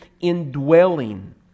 indwelling